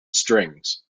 strings